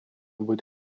будет